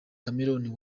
cameron